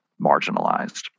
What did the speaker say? marginalized